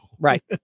Right